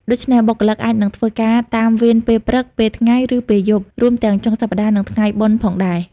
ដូច្នេះ បុគ្គលិកអាចនឹងធ្វើការតាមវេនពេលព្រឹក ពេលថ្ងៃ ឬពេលយប់ រួមទាំងចុងសប្ដាហ៍ និងថ្ងៃបុណ្យផងដែរ។